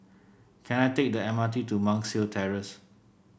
can I take the M R T to Monk's Hill Terrace